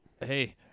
Hey